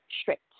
strict